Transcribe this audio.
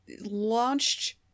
launched